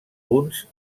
uns